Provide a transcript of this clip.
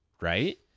right